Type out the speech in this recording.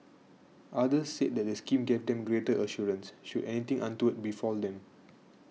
others said the scheme gave them greater assurance should anything untoward befall them